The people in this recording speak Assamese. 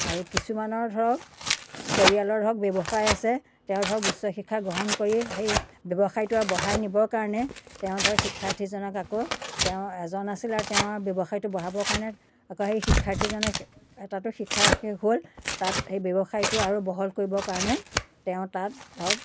আৰু কিছুমানৰ ধৰক পৰিয়ালৰ ধৰক ব্যৱসায় আছে তেওঁ ধৰক উচ্চ শিক্ষা গ্ৰহণ কৰি সেই ব্যৱসায়টো আৰু বঢ়াই নিবৰ কাৰণে তেওঁ ধৰক শিক্ষাৰ্থীজনক আকৌ তেওঁৰ এজন আছিলে আৰু তেওঁ ব্যৱসায়টো বঢ়াবৰ কাৰণে আকৌ সেই শিক্ষাৰ্থীজনে এটাটো শিক্ষাৰ শেষ হ'ল তাত সেই ব্যৱসায়টো আৰু বহল কৰিব কাৰণে তেওঁ তাত ধৰক